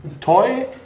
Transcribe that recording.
Toy